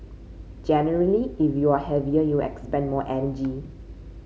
generally if you're heavier you'll expend more energy